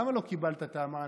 למה לא קיבלת את המענקים?